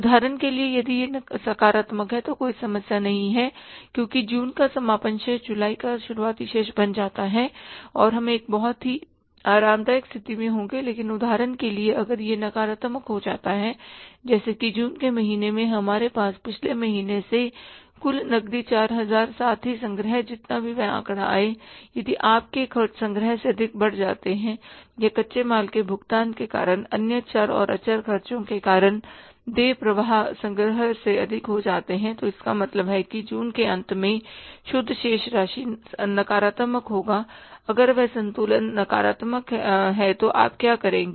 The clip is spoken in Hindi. उदाहरण के लिए यदि यह सकारात्मक है तो कोई समस्या नहीं है क्योंकि जून का समापन शेष जुलाई का शुरुआती शेष बन जाएगा और हम एक बहुत ही आरामदायक स्थिति में होंगे लेकिन उदाहरण के लिए अगर यह नकारात्मक हो जाता है जैसे कि जून के महीने में हमारे पास पिछले महीने से कुल नकदी 4000 साथ ही संग्रह जितना भी वह आंकड़ा आए यदि आप के खर्चे संग्रह से अधिक बढ़ जाते हैं या कच्चे माल के भुगतान के कारण अन्य चर और अचर खर्चों के कारण देय प्रवाह संग्रह से अधिक हो जाते हैं तो इसका मतलब है कि जून के अंत में शुद्ध शेष राशि नकारात्मक होगा अगर वह संतुलन नकारात्मक है तो आप क्या करेंगे